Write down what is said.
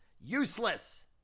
useless